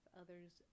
others